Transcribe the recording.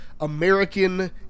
American